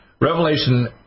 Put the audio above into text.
Revelation